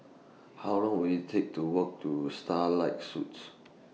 How Long Will IT Take to Walk to Starlight Suites